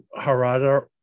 Harada